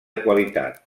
qualitat